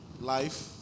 life